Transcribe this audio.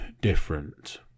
different